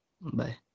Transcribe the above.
Bye